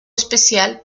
especial